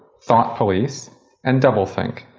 thought police and doublethink.